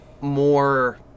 more